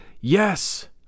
Yes